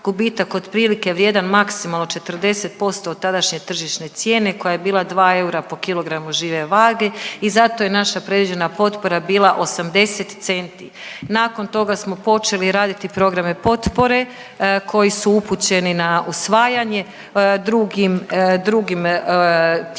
gubitak otprilike vrijedan maksimalno 40% od tadašnje tržišne cijene koja je bila 2 eura po kg žive vage i zato je naša predviđena potpora bila 80 centi. Nakon toga smo počeli raditi programe potpore koji su upućeni na usvajanje drugim,